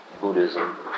buddhism